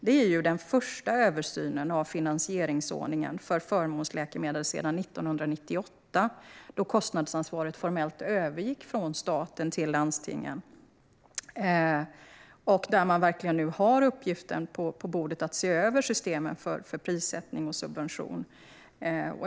Faktum är att det är den första översynen av finansieringsordningen för förmånsläkemedel sedan 1998, då kostnadsansvaret formellt övergick från staten till landstingen. Man har nu verkligen uppgiften på bordet att se över systemen för prissättning och subvention.